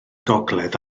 gogledd